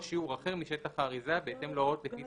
או שיעור אחר משטח האריזה בהתאם להוראות לפי